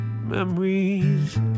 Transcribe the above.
memories